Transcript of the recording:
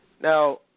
Now